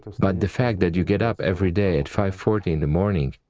but the fact that you get up every day at five forty in the morning,